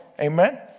Amen